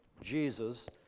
Jesus